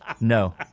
No